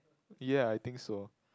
ye I think so